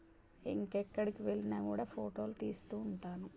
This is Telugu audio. ఇంకెక్కడికి వెళ్ళినా కూడా ఫోటోలు తీస్తూ ఉంటాను